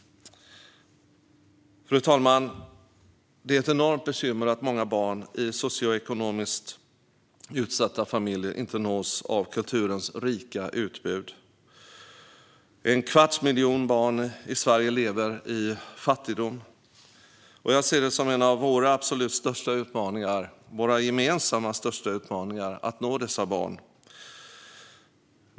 Fru talman! Det är ett enormt bekymmer att många barn i socioekonomiskt utsatta familjer inte nås av kulturens rika utbud. En kvarts miljon barn i Sverige lever i fattigdom. Jag ser det som en av våra absolut gemensamt största utmaningar att nå dessa barn.